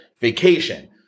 vacation